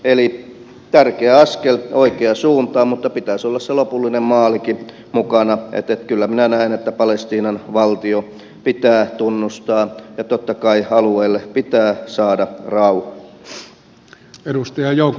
eli tärkeä askel oikeaan suuntaan mutta pitäisi olla se lopullinen maalikin mukana joten kyllä minä näen että palestiinan valtio pitää tunnustaa ja totta kai alueelle pitää saada rauha